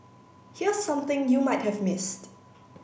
here's something you might have missed